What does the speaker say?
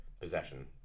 possession